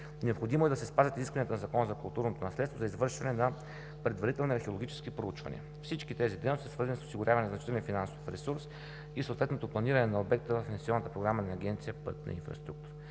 Необходимо е да се спазят изискванията на Закона за културното наследство за извършване на предварителни археологически проучвания. Всички тези дейности са свързани с осигуряване на значителен финансов ресурс и съответното планиране на обекта в Инвестиционната програма на Агенция „Пътна инфраструктура“.